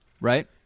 Right